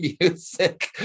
music